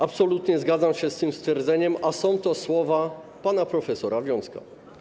Absolutnie zgadzam się z tym stwierdzeniem, a są to słowa pana prof. Wiącka.